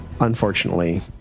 Unfortunately